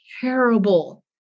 terrible